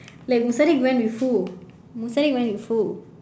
like musadiq went with who musadiq went with who